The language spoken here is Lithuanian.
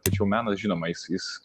tačiau menas žinoma jis jis